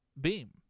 Beam